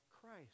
Christ